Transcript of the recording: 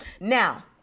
Now